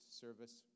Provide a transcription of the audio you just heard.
service